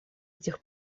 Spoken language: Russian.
этих